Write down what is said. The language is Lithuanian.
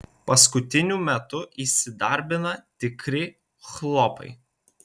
paskutiniu metu įsidarbina tikri chlopai